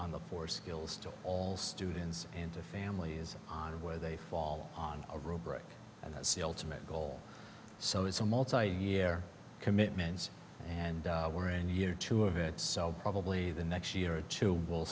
on the four skills to all students and their families on where they fall on a rubric and that's the ultimate goal so it's a multi year commitments and we're in year two of it so probably the next year or two will